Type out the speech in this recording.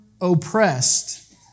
oppressed